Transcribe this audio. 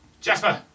Jasper